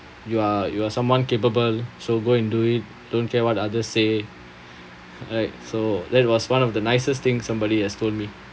you are you are someone capable so go and do it don't care what others say right so that was one of the nicest thing somebody has told me